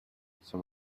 some